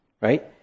right